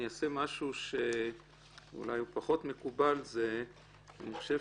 אני אעשה משהו שאולי הוא פחות מקובל, אני חושב